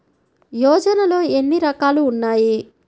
యోజనలో ఏన్ని రకాలు ఉన్నాయి?